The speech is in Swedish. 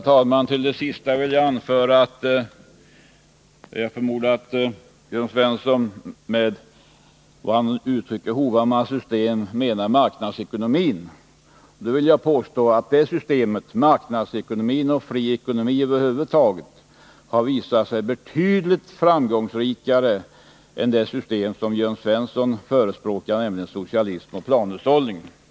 Herr talman! Jag förmodar att Jörn Svensson med uttrycket ”Hovhammars system” menar marknadsekonomin. Då vill jag påstå att det systemet — marknadsekonomin och fri ekonomi över huvud taget — visat sig betydligt mer framgångsrikt än det system som Jörn Svensson förespråkar, nämligen socialism och planhushållning.